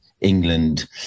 England